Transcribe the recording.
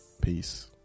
Peace